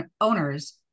owners